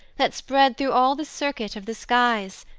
that spread through all the circuit of the skies,